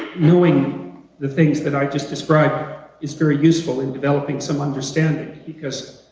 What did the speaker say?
knowing the things that i just described is very useful in developping some understanding because,